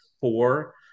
four